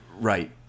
Right